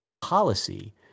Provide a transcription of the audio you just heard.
policy